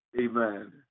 Amen